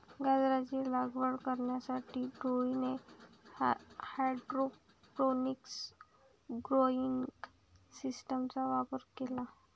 गांजाची लागवड करण्यासाठी टोळीने हायड्रोपोनिक्स ग्रोइंग सिस्टीमचा वापर केला